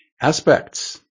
Aspects